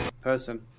person